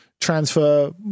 transfer